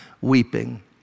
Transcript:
weeping